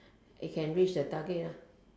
he can reach the target lah